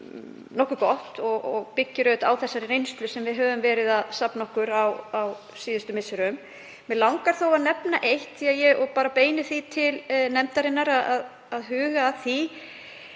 nokkuð gott og byggja á þeirri reynslu sem við höfum verið að safna okkur á síðustu misserum. Mig langar þó að nefna eitt, og ég beini því til nefndarinnar að huga að því,